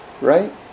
Right